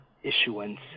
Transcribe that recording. issuance